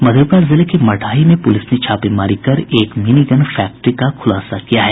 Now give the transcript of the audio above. मधेपुरा जिले के मठाही में पुलिस ने छापेमारी कर एक मिनी गन फैक्ट्री का खुलासा किया है